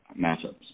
matchups